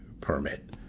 permit